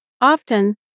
Often